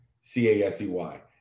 c-a-s-e-y